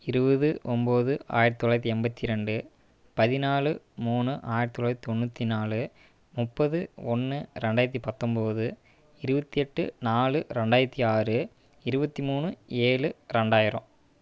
இருபது ஒம்போது ஆயிரத்தி தொள்ளாயிரத்தி எண்பத்தி ரெண்டு பதினாலு மூணு ஆயிரத்தி தொள்ளாயிரத்தி தொண்ணூற்றி நாலு முப்பது ஒன்று ரெண்டாயிரத்தி பத்தொம்போது இருபத்தி எட்டு நாலு ரெண்டாயிரத்தி ஆறு இருபத்தி மூணு ஏழு ரெண்டாயிரம்